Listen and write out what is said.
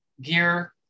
gear